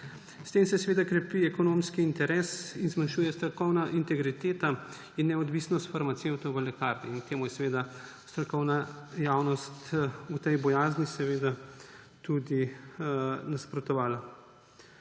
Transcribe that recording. S tem se krepi ekonomski interes in zmanjšuje strokovna integriteta in neodvisnost farmacevtov v lekarni. Temu je strokovna javnost, tej bojazni, tudi nasprotovala.